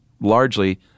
largely